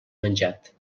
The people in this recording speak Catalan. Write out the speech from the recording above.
menjat